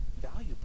valuable